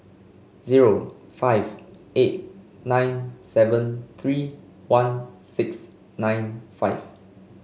zero five eight nine seven three one six nine five